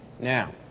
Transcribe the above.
Now